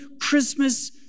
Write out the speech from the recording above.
Christmas